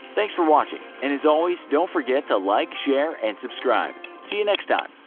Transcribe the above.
thanks for watching, and, as always, don't forget to like, share, and subscribe. see you next time